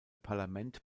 parlament